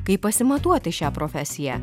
kaip pasimatuoti šią profesiją